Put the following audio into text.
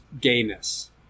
gayness